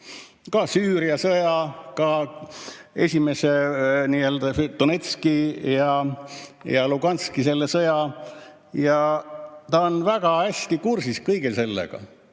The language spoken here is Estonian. Ka Süüria sõja, ka esimese Donetski ja Luganski sõja, ja ta on väga hästi kursis kõige sellega.